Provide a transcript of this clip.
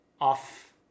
off